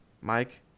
Mike